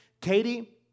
Katie